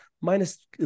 minus